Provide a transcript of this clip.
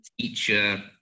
teacher